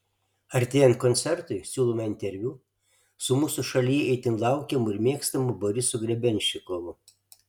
artėjant koncertui siūlome interviu su mūsų šalyje itin laukiamu ir mėgstamu borisu grebenščikovu